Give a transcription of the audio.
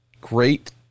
Great